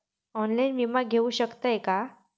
Online विमा घेऊ शकतय का?